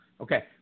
okay